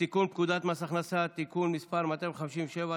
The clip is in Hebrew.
לתיקון פקודת מס הכנסה (תיקון מס' 257),